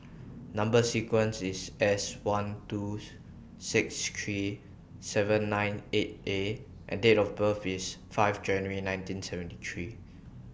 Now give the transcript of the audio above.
Number sequence IS S one two six three seven nine eight A and Date of birth IS five January nineteen seventy three